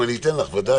אני אתן לך, ודאי.